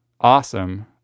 awesome